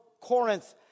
Corinth